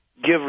give